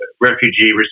refugee